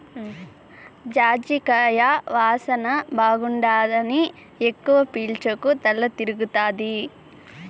జాజికాయ వాసన బాగుండాదని ఎక్కవ పీల్సకు తల తిరగతాది